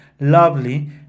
lovely